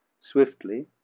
swiftly